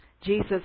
Jesus